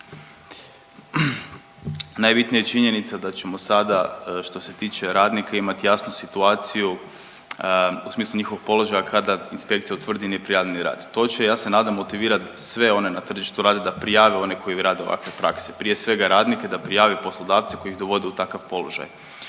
Najbitnija je činjenica da ćemo sada što se tiče radnika imat jasnu situaciju u smislu njihovog položaja kada inspekcija utvrdi neprijavljeni rad. To će ja se nadam motivirat sve one na tržištu rada da prijave one koji rade ovakve prakse, prije svega radnike da prijave poslodavce koji ih dovode u takav položaj,